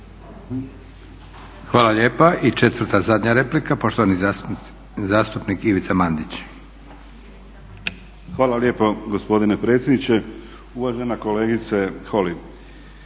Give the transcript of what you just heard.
Hvala lijepa. I 4.zadnja replika, poštovani zastupnik Ivica Mandić. **Mandić, Ivica (HNS)** Hvala lijepo gospodine predsjedniče. Uvažena kolegice Holy.